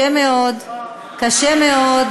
אדוני היושב-ראש, קשה מאוד,